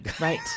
right